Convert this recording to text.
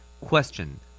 Question